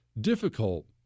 difficult